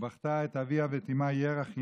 "ובכתה את אביה ואת אמה ירח ימים,